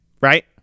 right